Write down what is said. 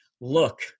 look